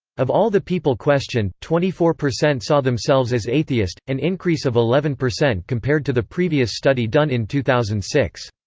of all the people questioned, twenty four percent saw themselves as atheist, an increase of eleven percent compared to the previous study done in two thousand and six.